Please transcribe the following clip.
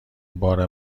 بار